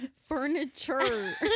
Furniture